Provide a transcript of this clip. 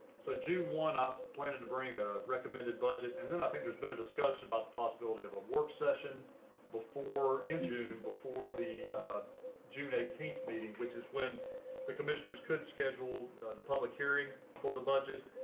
so june one, i'm planning to bring a recommended budget. and then i think there's been a discussion about the possibility of a work session before in june before the june eighteen meeting, which is when the commissioners could schedule the public hearing for the budget.